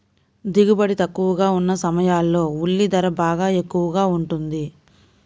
దిగుబడి తక్కువగా ఉన్న సమయాల్లో ఉల్లి ధర బాగా ఎక్కువగా ఉంటుంది